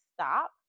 stop